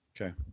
Okay